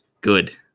good